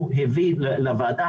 השיח היה ברמת הייעוץ המשפטי,